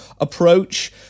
approach